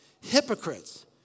Hypocrites